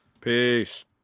Peace